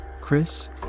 Chris